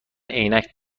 عینک